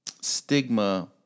stigma